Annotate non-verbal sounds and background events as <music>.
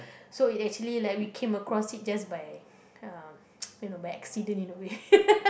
so it actually like we came across it just by <breath> um <noise> you know by accident in a way <laughs>